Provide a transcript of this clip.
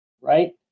Right